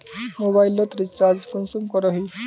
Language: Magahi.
मोबाईल लोत रिचार्ज कुंसम करोही?